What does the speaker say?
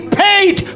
paid